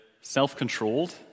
self-controlled